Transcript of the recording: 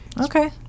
Okay